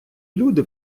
люди